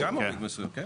כן.